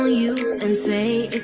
ah you and say